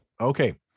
Okay